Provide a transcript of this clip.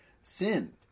sin